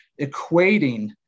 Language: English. equating